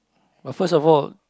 but first of all